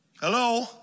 Hello